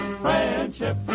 friendship